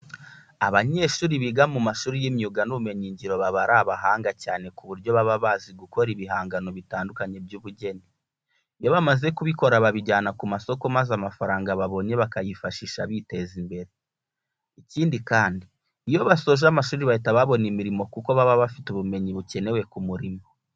Abanyeshuri biga mu mashuri y'imyuga n'ubumenyingiro baba ari abahanga cyane ku buryo baba bazi gukora ibihangano bitandukanye by'ubugeni. Iyo bamaze kubikora babijyana ku masoko maze amafaranga babonye bakayifashisha biteza imbere. Ikindi kandi, iyo basoje amashuri bahita babona imirimo kuko baba bafite ubumenyi bukenewe ku murimo.